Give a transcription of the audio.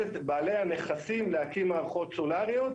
את בעלי הנכסים להקים מערכות סולאריות.